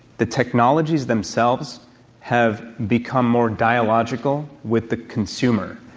the technologies themselves have become more dialogical with the consumer.